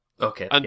Okay